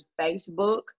Facebook